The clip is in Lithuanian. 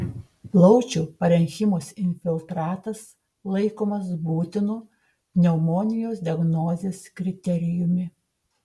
plaučių parenchimos infiltratas laikomas būtinu pneumonijos diagnozės kriterijumi